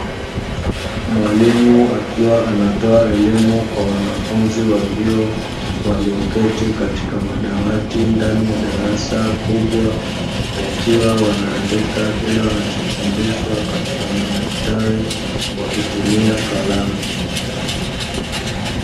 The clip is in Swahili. Mwalimu akiwa anatoa elimu kwa wanafunzi wa vyuo, walioketi katika madawati ndani ya darasa kubwa wakiwa wanaandika kile wanachofundishwa katika madaftali wakitumia karamu.